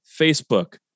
Facebook